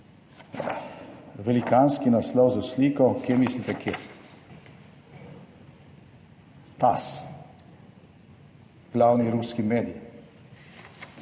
Velikanski naslov s sliko. Kje mislite, kje? Pas, glavni ruski mediji.